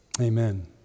Amen